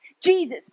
Jesus